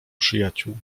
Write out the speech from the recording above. przyjaciół